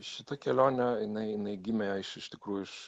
šita kelionė jinai jinai gimė iš iš tikrųjų iš